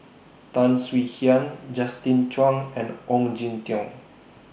Tan Swie Hian Justin Zhuang and Ong Jin Teong